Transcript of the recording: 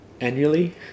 annually